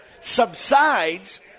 subsides